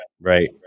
right